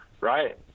Right